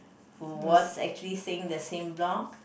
who was actually staying in the same block